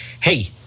Hey